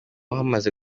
hamaze